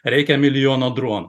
reikia milijono dronų